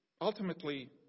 ultimately